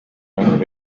hundred